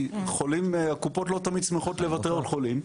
כי הקופות לא תמיד שמחות לוותר על חולים.